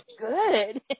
good